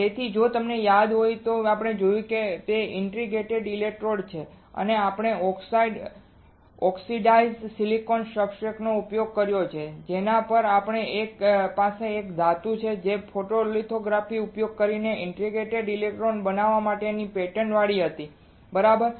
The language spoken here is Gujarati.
તેથી જો તમને યાદ હોય કે આપણે જે જોયું છે તે ઇન્ટરડિજેટેડ ઇલેક્ટ્રોડ્સ છે અને તેમાં આપણે ઓક્સાઇડ ઓક્સિડાઇઝ્ડ સિલિકોન સબસ્ટ્રેટ નો ઉપયોગ કર્યો છે જેના પર આપણી પાસે એક ધાતુ છે જે ફોટોલિથોગ્રાફીનો ઉપયોગ કરીને ઇન્ટરડિજેટેડ ઇલેક્ટ્રોડ્સ બનાવવા માટે પેટર્નવાળી હતી બરાબર